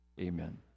Amen